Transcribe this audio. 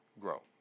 grow